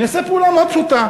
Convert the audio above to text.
אני אעשה פעולה מאוד פשוטה: